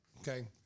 okay